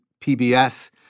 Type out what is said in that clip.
PBS